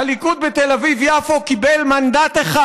הליכוד בתל אביב-יפו קיבל מנדט אחד.